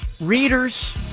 readers